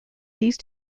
these